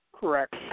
Correct